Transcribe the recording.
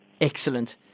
Excellent